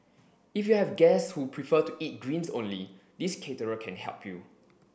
if you have guests who prefer to eat greens only this caterer can help you